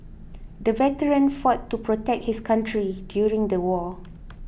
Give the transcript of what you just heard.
the veteran fought to protect his country during the war